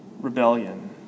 rebellion